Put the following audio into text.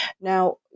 Now